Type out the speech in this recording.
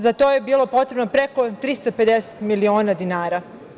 Za to je bilo potrebno preko 350 miliona dinara.